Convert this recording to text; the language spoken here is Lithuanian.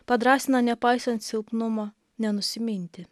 padrąsina nepaisant silpnumo nenusiminti